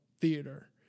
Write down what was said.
theater